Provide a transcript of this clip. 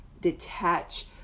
detach